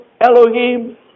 Elohim